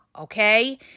okay